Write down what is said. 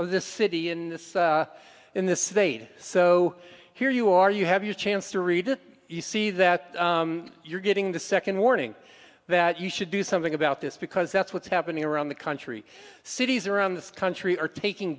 of this city in this in this they'd so here you are you have your chance to read it you see that you're getting the second warning that you should do something about this because that's what's happening around the country cities around the country are taking